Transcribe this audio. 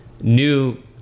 new